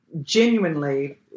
genuinely